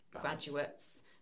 graduates